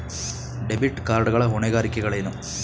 Debit card ಗಳ ಹೊಣೆಗಾರಿಕೆಗಳೇನು?